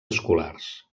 escolars